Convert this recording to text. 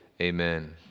Amen